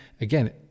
again